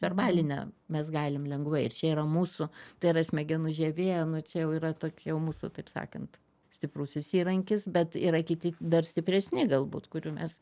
verbalinę mes galim lengvai ir čia yra mūsų tai yra smegenų žievė nu čia yra tokia jau mūsų taip sakant stiprusis įrankis bet yra kiti dar stipresni galbūt kurių mes